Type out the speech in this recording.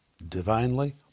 divinely